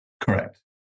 Correct